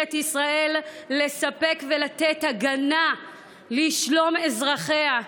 ממשלת ישראל לספק ולהגן על שלום אזרחיה.